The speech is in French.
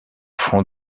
fond